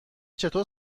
چطور